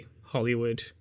Hollywood